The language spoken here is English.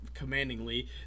Commandingly